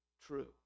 true